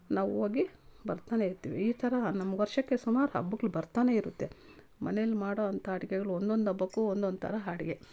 ನಾವು ಹೋಗಿ ಬರ್ತಾನೆ ಇರ್ತೀವಿ ಈ ಥರ ನಮ್ಗೆ ವರ್ಷಕ್ಕೆ ಸುಮಾರು ಹಬ್ಬಗಳು ಬರ್ತಾನೆ ಇರುತ್ತೆ ಮನೆಯಲ್ ಮಾಡೋ ಅಂತ ಅಡುಗೆಗಳು ಒಂದೊಂದು ಹಬ್ಬಕ್ಕೂ ಒಂದೊಂದು ಥರ ಅಡ್ಗೆ